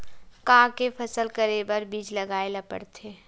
का के फसल करे बर बीज लगाए ला पड़थे?